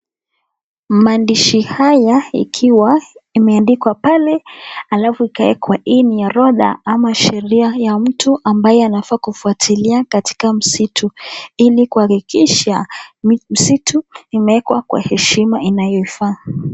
Maandishi haya ikiwa imeandikwa pale halafu ikawekwa. Hii ni orodha ama sheria ya mtu ambaye anafaa kufuatilia katika msitu ili kuhakikisha msitu imewekwa kwa heshima inayofaa.